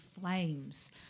Flames